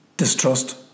Distrust